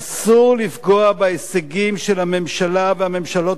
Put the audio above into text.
אסור לפגוע בהישגים של הממשלה והממשלות